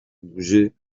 bouger